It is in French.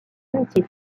amitié